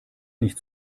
nicht